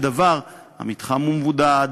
המתחם מבודד,